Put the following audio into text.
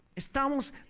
Estamos